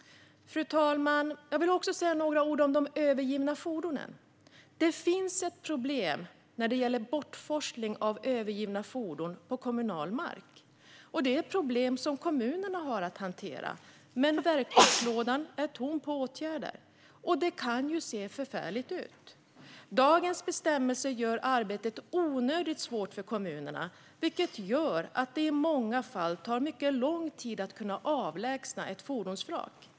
Fru talman! Jag vill också säga några ord om de övergivna fordonen. Det finns problem när det gäller bortforsling av övergivna fordon på kommunal mark. Det är ett problem som kommunerna har att hantera. Men verktygslådan är tom på åtgärder, och det kan se förfärligt ut. Dagens bestämmelser gör arbetet onödigt svårt för kommunerna, vilket leder till att det i många fall tar mycket lång tid att avlägsna fordonsvrak.